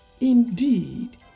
Indeed